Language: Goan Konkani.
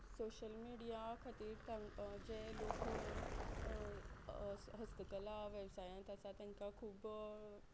सोशल मिडिया खातीर जे लोक हस्तकला वेवसायांत आसा तेंकां खूब